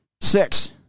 Six